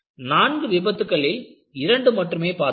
நான்கு விபத்துகளில் இரண்டு மட்டும் பார்த்தோம்